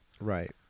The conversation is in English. Right